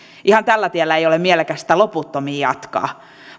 ihan tällä tiellä ei ole mielekästä loputtomiin jatkaa